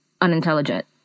unintelligent